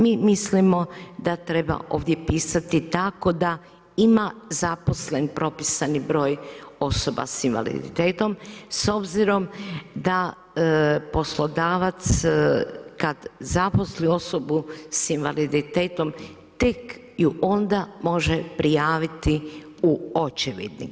Mi mislimo da treba ovdje pisati tako da ima zaposlen propisan broj osoba s invaliditetom, s obzirom da poslodavac kada zaposli osobu s invaliditetom, tek, ju onda može prijaviti u očevidnik.